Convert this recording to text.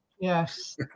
Yes